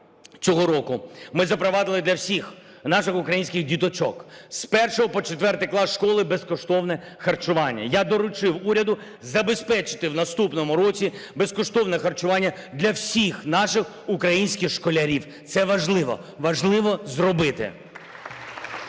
цього року ми запровадили для всіх наших українських діточок з 1-го по 4-й клас школи безкоштовне харчування. Я доручив уряду забезпечити в наступному році безкоштовне харчування для всіх наших українських школярів. Це важливо, важливо зробити.